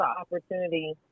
opportunity